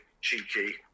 Cheeky